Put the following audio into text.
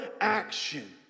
action